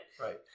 right